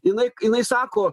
jinai jinai sako